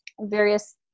various